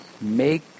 make